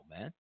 man